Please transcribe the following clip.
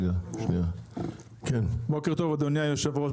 אדוני היושב-ראש,